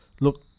look